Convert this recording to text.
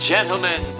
Gentlemen